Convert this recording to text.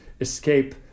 escape